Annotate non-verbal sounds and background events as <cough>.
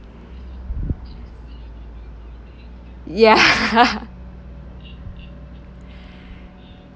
ya <laughs>